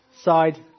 side